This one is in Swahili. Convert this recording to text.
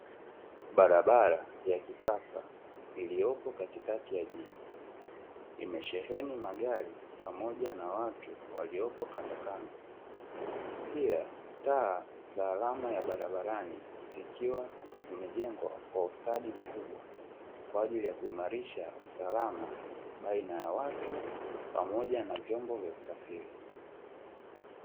Barabara ya kisasa iliyopo katikati ya jiji, imesheheni magari pamoja na watu waliopo kandokando pia taa za alama ya barabarani, zikiwa zimejengwa kwa ustadi mkubwa kwaajili ya kuimalisha usalama baina ya watu pamoja na vyombo vya usafiri.